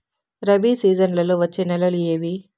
రబి సీజన్లలో వచ్చే నెలలు ఏవి?